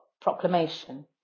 proclamation